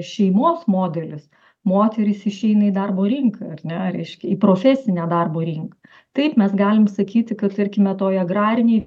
šeimos modelis moterys išeina į darbo rinką ar ne reiškia į profesinę darbo rinką taip mes galim sakyti kad tarkime toje agrarinėj